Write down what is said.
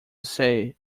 say